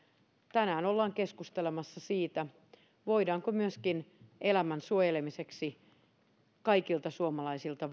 tänään ollaan keskustelemassa siitä voidaanko elämän suojelemiseksi vaatia kaikilta suomalaisilta